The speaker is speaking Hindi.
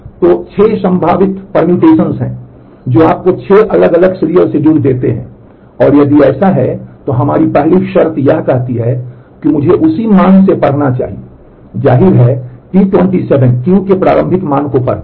तो 6 संभावित क्रमांकन हैं जो आपको 6 अलग अलग सीरियल शेड्यूल देते हैं और यदि ऐसा है तो हमारी पहली शर्त यह कहती है कि मुझे उसी मान से पढ़ना चाहिए जाहिर है T27 Q के प्रारंभिक मान को पढ़ता है